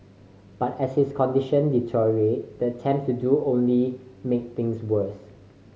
but as his condition deteriorated the attempts to do only made things worse